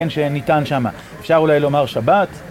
כן, שניתן שם. אפשר אולי לומר שבת.